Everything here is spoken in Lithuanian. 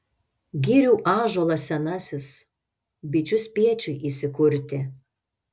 girių ąžuolas senasis bičių spiečiui įsikurti